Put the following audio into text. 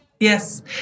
Yes